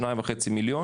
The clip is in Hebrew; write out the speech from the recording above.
כ-2,500,000,